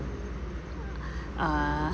uh